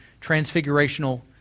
Transfigurational